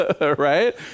right